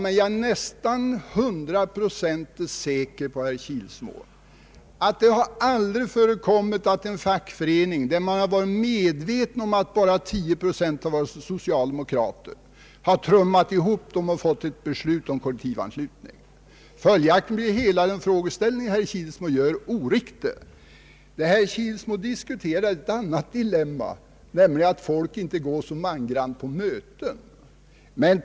Men jag är nästan hundraprocentigt säker på, herr Kilsmo, att det aldrig har förekommit att en fackförening, som bara innehållit 10 procent socialdemokrater, har trummat ihop dessa och fått ett beslut om kollektivanslutning. Följaktligen blir herr Kilsmos frågeställning oriktig. Herr Kilsmo talar om ett annat dilemma, nämligen att folk inte går så mangrant på möten.